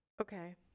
Okay